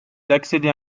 d’accéder